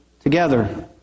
together